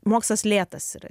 mokslas lėtas yra